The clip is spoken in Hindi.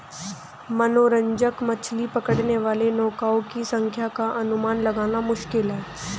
मनोरंजक मछली पकड़ने वाली नौकाओं की संख्या का अनुमान लगाना मुश्किल है